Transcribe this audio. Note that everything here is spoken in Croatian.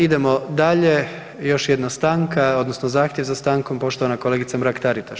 Idemo dalje još jedna stanka odnosno zahtjev za stankom poštovana kolegica Mrak Taritaš.